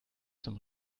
zum